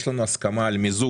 יש לנו הסכמה על מיזוג